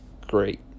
great